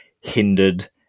hindered